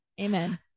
amen